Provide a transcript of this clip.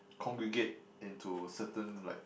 congregate into certain like